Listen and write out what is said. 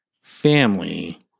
family